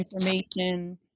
information